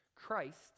Christ